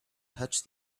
touched